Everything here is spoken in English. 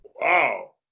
Wow